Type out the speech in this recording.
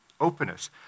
openness